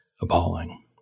appalling